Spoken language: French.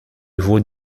vaut